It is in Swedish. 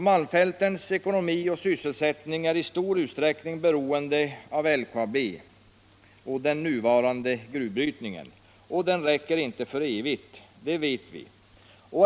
Malmfältets ekonomi och sysselsättning är i stor utsträckning beroende av LKAB och den nuvarande gruvbrytningen. Och malmen räcker som sagt inte för evigt, det vet vi.